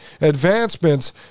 Advancements